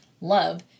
love